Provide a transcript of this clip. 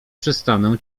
przestanę